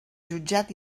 jutjat